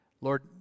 Lord